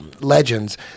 legends